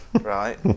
right